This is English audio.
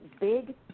big